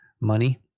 money